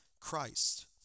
Christ